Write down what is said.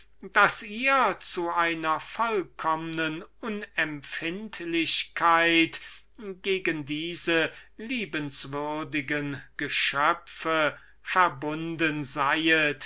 daß ihr zu einer vollkommnen unempfindlichkeit gegen diese liebenswürdige geschöpfe verbunden